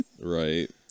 Right